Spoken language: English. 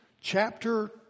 chapter